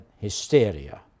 hysteria